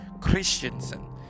Christensen